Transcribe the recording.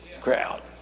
crowd